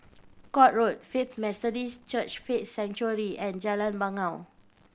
Court Road Faith Methodist Church Faith Sanctuary and Jalan Bangau